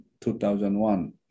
2001